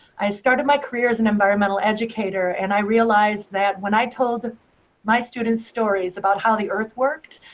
i started my career as an environmental educator. and i realized that when i told my students stories about how the earth worked,